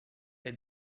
est